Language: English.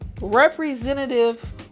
representative